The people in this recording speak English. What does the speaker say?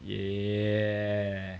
yea